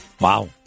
Wow